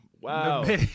Wow